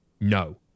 no